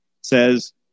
says